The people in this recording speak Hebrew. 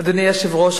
אדוני היושב-ראש,